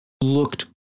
looked